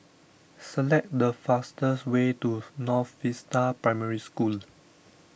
select the fastest way to North Vista Primary School